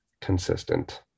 consistent